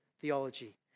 theology